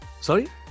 Sorry